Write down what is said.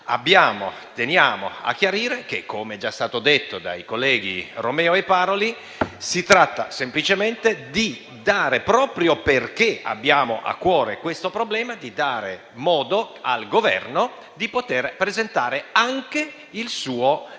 Teniamo a chiarire che - come è già stato detto dai colleghi Romeo e Paroli - si tratta semplicemente, proprio perché abbiamo a cuore questo problema, di dare modo al Governo di presentare anche il suo disegno